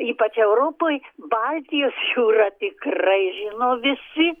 ypač europoj baltijos jūrą tikrai žino visi